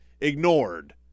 ignored